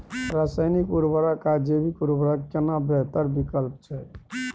रसायनिक उर्वरक आ जैविक उर्वरक केना बेहतर विकल्प छै?